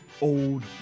old